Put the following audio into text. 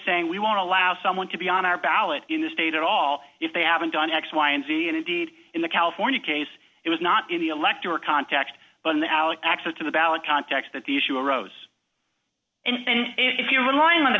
saying we won't allow someone to be on our ballot in the state at all if they haven't done x y and z and indeed in the california case it was not in the electoral context but in the alley access to the ballot context that the issue arose and if you were lying on the